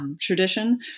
tradition